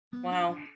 Wow